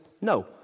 no